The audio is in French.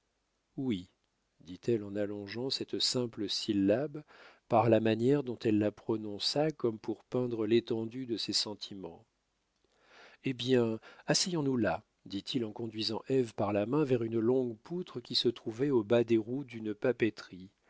oui dit-elle en allongeant cette simple syllabe par la manière dont elle la prononça comme pour peindre l'étendue de ses sentiments hé bien asseyons-nous là dit-il en conduisant ève par la main vers une longue poutre qui se trouvait au bas des roues d'une papeterie